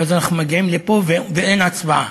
ואז אנחנו מגיעים לפה ואין הצבעה.